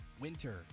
Winter